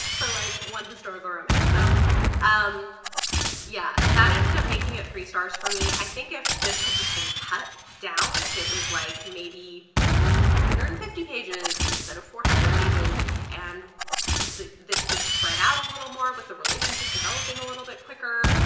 for like one historical romance. so um yeah that ended up making it three stars for me. i think if this had just been cut down, if it was like maybe three hundred and fifty pages instead of four hundred pages and the this was spread out a little more with the relationship developing a little bit quicker,